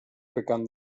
begann